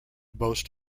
boast